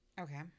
okay